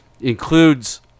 includes